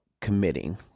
committing